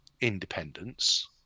independence